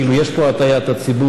כאילו יש פה הטעיית הציבור,